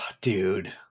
dude